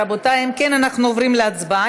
רבותי, אם כן, אנחנו עוברים להצבעה.